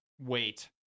wait